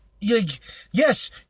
Yes